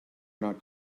not